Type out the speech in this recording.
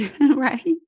right